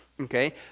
okay